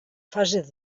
fase